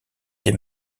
des